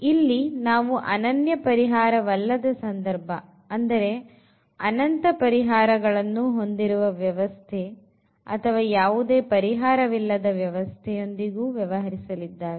ಇಲ್ಲಿ ನಾವು ಅನನ್ಯ ಪರಿಹಾರವಲ್ಲದ ಸಂದರ್ಭ ಅಂದರೆ ಅನಂತ ಪರಿಹಾರಗಳನ್ನು ಹೊಂದಿರುವ ವ್ಯವಸ್ಥೆ ಅಥವಾ ಯಾವುದೇ ಪರಿಹಾರವಿಲ್ಲದ ವ್ಯವಸ್ಥೆ ವ್ಯವಸ್ಥೆಯೊಂದಿಗೂ ವ್ಯವಹರಿಸಲಿದ್ದೇವೆ